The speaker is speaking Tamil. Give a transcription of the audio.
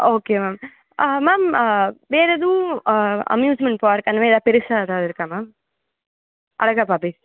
ஓகே மேம் மேம் வேறு எதுவும் அம்யூஸ்மென்ட் பார்க் அந்த மாதிரி பெருசாக எதாவது இருக்கா மேம் அழகப்பா பேஸ்டு